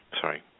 Sorry